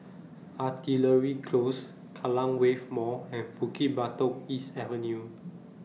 Artillery Close Kallang Wave Mall and Bukit Batok East Avenue